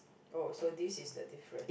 oh so this is the different